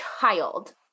child